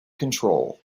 control